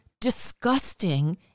disgusting